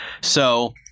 So-